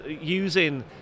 using